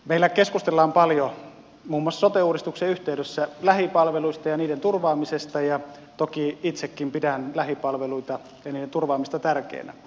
meillä keskustellaan paljon muun muassa sote uudistuksen yhteydessä lähipalveluista ja niiden turvaamisesta ja toki itsekin pidän lähipalveluita ja niiden turvaamista tärkeänä